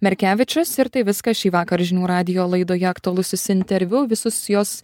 merkevičius ir tai viskas šįvakar žinių radijo laidoje aktualusis interviu visus jos